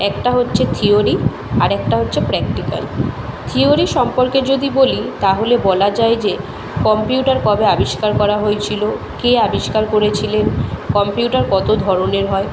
একটা হচ্ছে থিয়োরি আরেকটা হচ্ছে প্র্যাকটিক্যাল থিয়োরি সম্পর্কে যদি বলি তাহলে বলা যায় যে কম্পিউটার কবে আবিষ্কার করা হয়েছিলো কে আবিষ্কার করেছিলেন কম্পিউটার কত ধরনের হয়